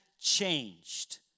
changed